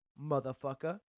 Motherfucker